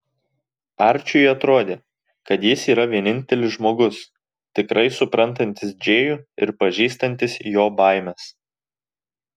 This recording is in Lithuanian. arčiui atrodė kad jis yra vienintelis žmogus tikrai suprantantis džėjų ir pažįstantis jo baimes